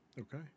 Okay